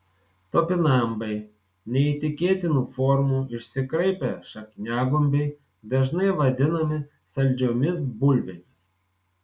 topinambai neįtikėtinų formų išsikraipę šakniagumbiai dažnai vadinami saldžiomis bulvėmis